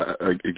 Again